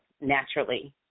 naturally